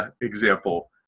example